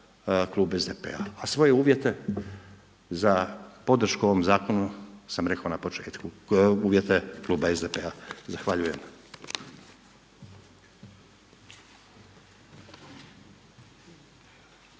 a svoje uvjete za podršku ovom zakonu sam rekao na početku, uvjete kluba SDP-a. Zahvaljujem.